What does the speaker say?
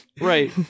Right